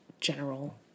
general